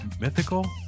mythical